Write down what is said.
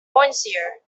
monsieur